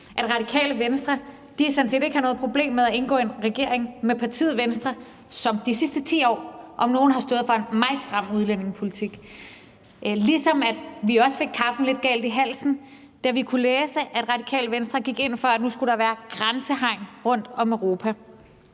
at Radikale Venstre sådan set ikke har noget problem med at indgå i en regering med partiet Venstre, som de sidste 10 år om nogen har stået for en meget stram udlændingepolitik, ligesom vi også fik kaffen lidt galt i halsen, da vi kunne læse, at Radikale Venstre gik ind for, at der nu skulle være grænsehegn rundt om Europa.